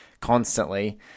constantly